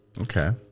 Okay